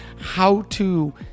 how-to